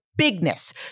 bigness